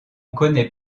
connait